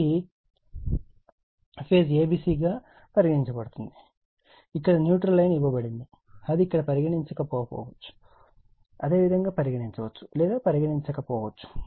మరియు phase a b c గా పరిగణించబడుతుంది ఇక్కడ న్యూట్రల్ లైన్ ఇవ్వబడింది అది అక్కడ పరిగణించకపోవచ్చు అదేవిధంగా పరిగణించవచ్చు లేదా పరిగణించక పోవచ్చు